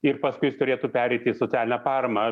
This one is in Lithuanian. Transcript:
ir paskui jis turėtų pereiti į socialinę paramą